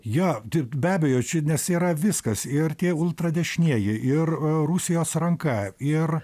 jo be abejo čia nes yra viskas ir tie ultradešinieji ir rusijos ranka ir